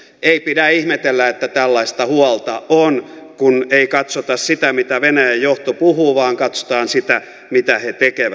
ei pidä ihmetellä että tällaista huolta on kun ei katsota sitä mitä venäjän johto puhuu vaan katsotaan sitä mitä he tekevät